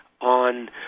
on